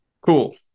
Cool